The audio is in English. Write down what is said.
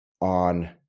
on